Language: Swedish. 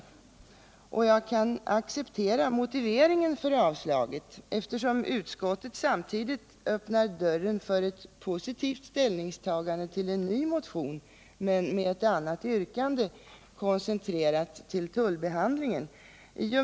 Jag kan acceptera motiveringen för avstyrkandet eftersom utskottet samtidigt öppnar dörren för ett positivt ställningstagande till en ny motion med ett annat yrkande, koncentrerat till tullbehandlingen.